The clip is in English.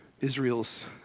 Israel's